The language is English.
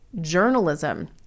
journalism